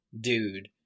dude